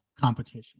competition